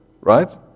Right